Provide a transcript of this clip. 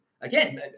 Again